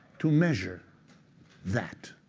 to measure that.